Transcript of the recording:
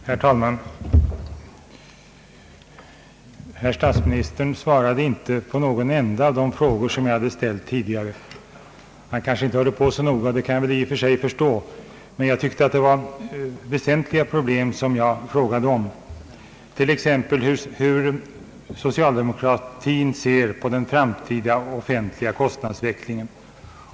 Herr talman! Herr statsministern svarade inte på en enda av de frågor som jag hade ställt tidigare. Han kanske inte lyssnade så noga, och det kan jag väl i och för sig förstå. Men det var enligt min mening väsentliga problem som jag ställde frågor om, t.ex. hur socialdemokratin ser på den framtida offentliga kostnadsutvecklingen.